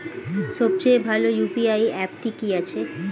সবচেয়ে ভালো ইউ.পি.আই অ্যাপটি কি আছে?